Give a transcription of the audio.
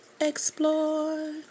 explore